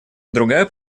другая